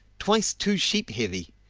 twice two sheep heavy.